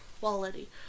quality